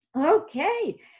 Okay